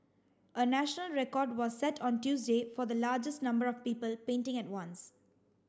a national record was set on Tuesday for the largest number of people painting at once